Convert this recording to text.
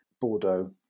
Bordeaux